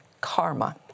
karma